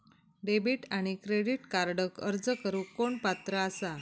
Debit आणि credit कार्डक अर्ज करुक कोण पात्र आसा?